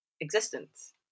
existence